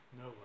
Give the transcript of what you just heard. no